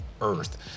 Earth